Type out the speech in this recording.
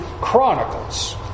Chronicles